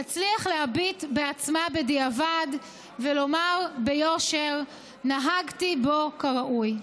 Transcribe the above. תצליח להביט בעצמה בדיעבד ולומר ביושר: נהגתי בו כראוי.